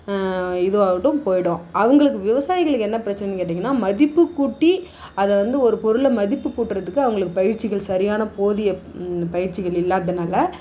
இது ஆகட்டும் போயிடும் அவங்களுக்கு விவசாயிகளுக்கு என்ன பிரச்சினன்னு கேட்டிங்கன்னால் மதிப்பு கூட்டி அதை வந்து ஒரு பொருளை மதிப்பு கூட்டுறதுக்கு அவங்களுக்கு பயிற்சிகள் சரியான போதிய பயிற்சிகள் இல்லாததுனால்